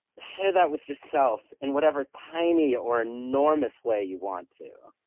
share that with yourself in whatever tiny or enormous way you want to.